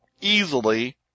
easily